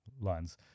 lines